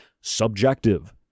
subjective